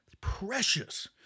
precious